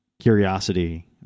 Curiosity